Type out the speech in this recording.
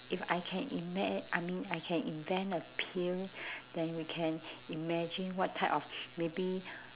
if I can inve~ I mean I can invent a pill then we can imagine what type of maybe